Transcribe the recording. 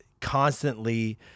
constantly